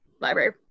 library